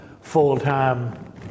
full-time